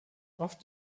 oft